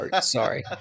sorry